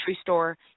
store